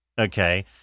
Okay